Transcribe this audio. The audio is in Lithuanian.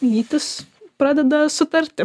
lytys pradeda sutarti